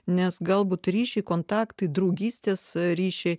nes galbūt ryšį kontaktai draugystės ryšį